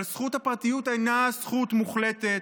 אבל זכות הפרטיות אינה זכות מוחלטת,